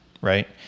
right